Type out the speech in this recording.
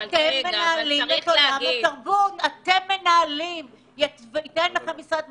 אתם במשרד התרבות מנהלים את עולם התרבות.